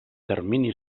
termini